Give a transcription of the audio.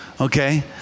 Okay